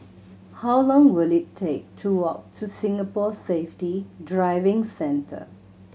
how long will it take to walk to Singapore Safety Driving Centre